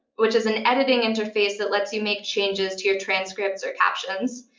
which is an editing interface that lets you make changes to your transcripts or captions.